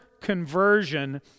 conversion